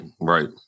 right